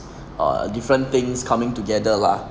err different things coming together lah